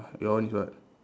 your one is what